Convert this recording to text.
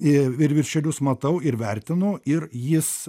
i ir viršelius matau ir vertinu ir jis